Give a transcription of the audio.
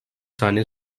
saniye